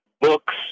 books